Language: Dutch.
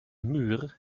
muur